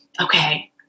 okay